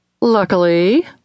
Luckily